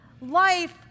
Life